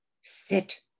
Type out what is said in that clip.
sit